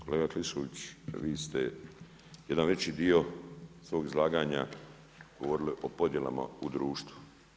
Kolega Klisović, vi ste jedan veći dio svog izlaganja govorili o podjelama u društvu.